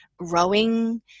rowing